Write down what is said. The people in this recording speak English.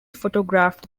photographed